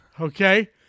Okay